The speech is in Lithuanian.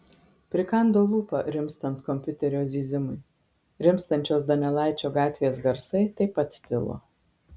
prikando lūpą rimstant kompiuterio zyzimui rimstančios donelaičio gatvės garsai taip pat tilo